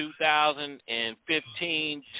2015